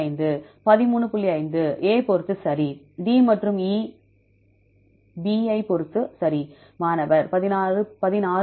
5 A பொறுத்து சரி D மற்றும் E B பொறுத்து சரி மாணவர் 16